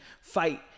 fight